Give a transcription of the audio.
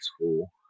school